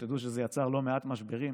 ושתדעו שזה יצר לא מעט משברים,